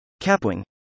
Capwing